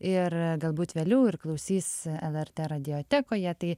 ir galbūt vėliau ir klausys lrt radiotekoje tai